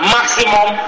maximum